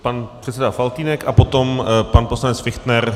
Pan předseda Faltýnek a potom pan poslanec Fichtner.